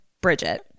Bridget